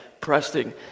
pressing